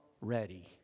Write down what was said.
ready